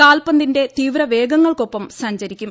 കാൽപ്പന്തിന്റെ തീവ്രവേഗങ്ങൾക്കൊപ്പം സഞ്ചരിക്കും